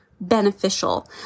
beneficial